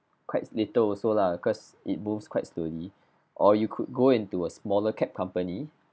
quite little also lah because it moves quite slowly or you could go into a smaller cap company